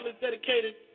dedicated